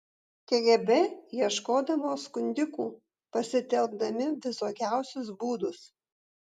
kgb ieškodavo skundikų pasitelkdami visokiausius būdus